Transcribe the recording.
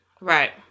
Right